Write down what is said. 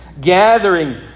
Gathering